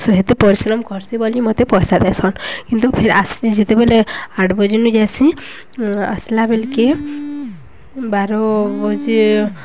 ହେତେ ପରିଶ୍ରମ କର୍ସି ବୋଲି ମତେ ପଏସା ଦେସନ୍ କିନ୍ତୁ ଫେର୍ ଆସ୍ସି ଯେତେବେଲେ ଆଠ୍ ବଜେନୁ ଯାଏସି ଆସ୍ଲା ବେଲ୍କେ ବାର ବଜେ